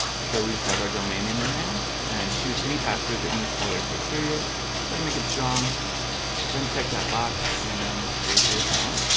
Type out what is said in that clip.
so we just have our domain name in there and choose any password that meets all their criteria. try to make it strong then check that box and then create your account